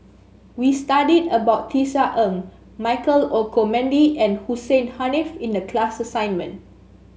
we studied about Tisa Ng Michael Olcomendy and Hussein Haniff in the class assignment